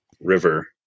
River